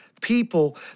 people